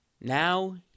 Now